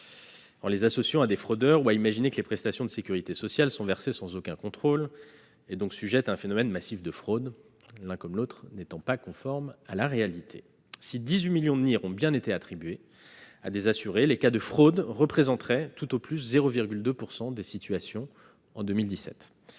en les associant à des fraudeurs ou à imaginer que les prestations de sécurité sociale sont versées sans aucun contrôle, et donc sujettes à un phénomène massif de fraude, l'une comme l'autre de ces affirmations n'étant pas conformes à la réalité. Si 18 millions de NIR ont bien été attribués à des assurés, les cas de fraude représenteraient tout au plus 0,2 % des situations en 2017.